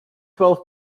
twelve